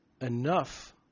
enough